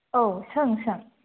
औ सों सों